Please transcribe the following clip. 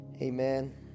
Amen